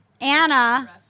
Anna